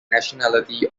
nationality